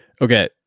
Okay